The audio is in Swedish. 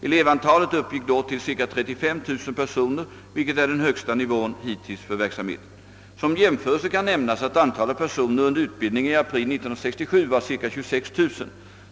Elevantalet uppgick då till cirka 35 000 personer, vilket är den högsta nivån hittills för verksamheten. Som jämförelse kan nämnas att antalet personer under utbildning i april 1967 var cirka 26 000.